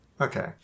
Okay